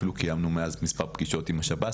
אפילו קיימנו מאז מספר פגישות עם השב"ס,